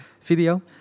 video